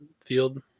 field